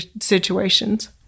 situations